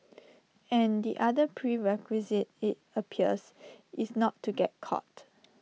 and the other prerequisite IT appears is not to get caught